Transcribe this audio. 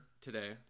today